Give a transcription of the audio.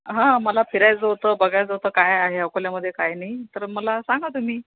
हं मला फिरायचं होतं बघायचं होतं काय आहे अकोल्यामध्ये काय नाही तर मला सांगा तुम्ही